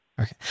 Okay